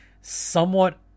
somewhat